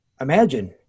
Imagine